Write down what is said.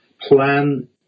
Plan